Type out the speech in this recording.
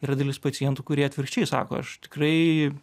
yra dalis pacientų kurie atvirkščiai sako aš tikrai